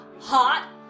Hot